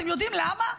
אתם יודעים למה?